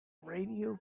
radio